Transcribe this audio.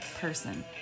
person